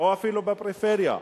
או אפילו בפריפריה,